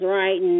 right